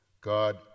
God